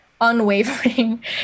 unwavering